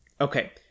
Okay